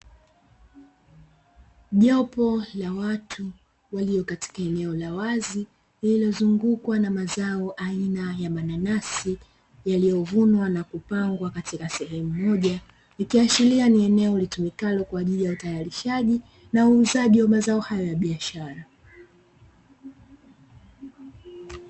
Jopo la watu walio katika eneo la wazi lililozungukwa na mazao aina ya mananasi, yaliyovunwa na kupangwa katika sehemu moja, ikiashiria ni eneo litumikalo kwaajili ya utayarishaji na uuzaji wa mazao hayo ya biashara.